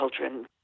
children